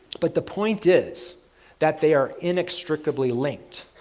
but the point is that they are inextricably linked.